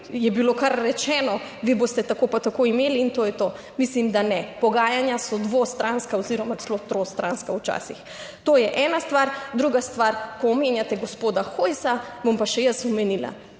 je bilo kar rečeno, vi boste tako pa tako imeli in to je to. Mislim, da ne. Pogajanja so dvostranska oziroma celo tristranska včasih. To je ena stvar. Druga stvar, ko omenjate gospoda Hojsa, bom pa še jaz omenila.